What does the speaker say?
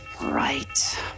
Right